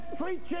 preaching